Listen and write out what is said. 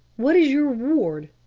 what is your ward?